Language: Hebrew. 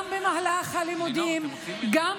גם במהלך הלימודים, גם